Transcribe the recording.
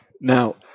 Now